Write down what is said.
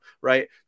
Right